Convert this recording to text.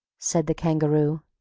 said the kangaroo.